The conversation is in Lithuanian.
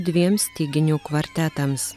dviem styginių kvartetams